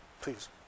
Please